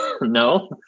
no